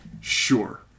Sure